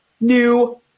new